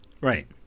right